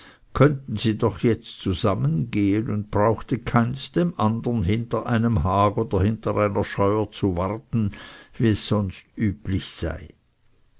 könnten sie doch jetzt zusammen gehen und brauchte keins dem andern hinter einem hag oder hinter einer scheuer zu warten wie es sonst üblich sei